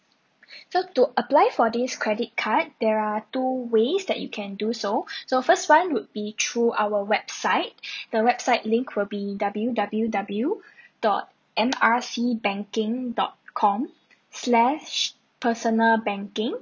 so to apply for this credit card there are two ways that you can do so so first one would be through our website the website link will be W_W_W dot M R C banking dot com slash personal banking